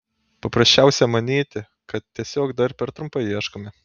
paprasčiausia manyti kad tiesiog dar per trumpai ieškome